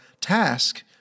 task